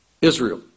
Israel